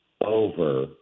over